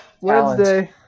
wednesday